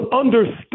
understood